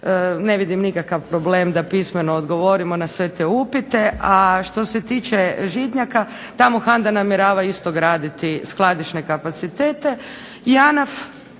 ne vidim nikakav problem da odgovorimo na sve te upite. A što se tiče Žitnjaka, tamo HANDA namjerava graditi skladišne kapacitete.